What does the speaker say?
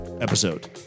episode